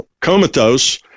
comatose